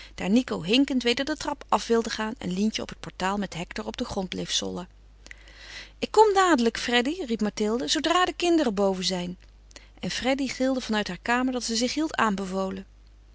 daar nico hinkend weder de trap af wilde gaan en lientje op het portaal met hector op den grond bleef sollen ik kom dadelijk freddy riep mathilde zoodra de kinderen boven zijn en freddy gilde van uit haar kamer dat ze zich hield aanbevolen